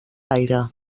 gaire